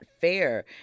fair